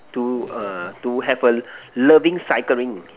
to err to have a loving cycling